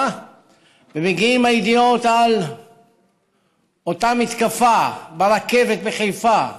ומגיעות הידיעות על אותה מתקפה ברכבת בחיפה,